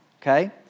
okay